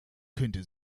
könnte